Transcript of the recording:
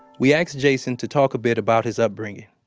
we asked jason to talk a bit about his upbringing.